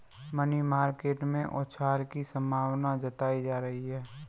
money market में उछाल की संभावना जताई जा रही है